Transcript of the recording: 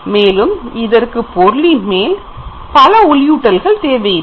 மேலும் இதற்கு பொருளின் மேல் பல ஒளியூட்டல் தேவையில்லை